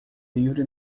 livre